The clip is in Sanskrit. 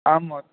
आम् म